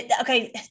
Okay